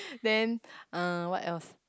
then uh what else